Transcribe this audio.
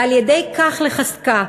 ועל-ידי כך לחזקה.